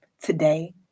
today